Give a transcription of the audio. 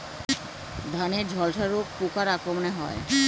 ধানের ঝলসা রোগ পোকার আক্রমণে হয়?